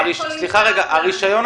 סליחה, הרישיון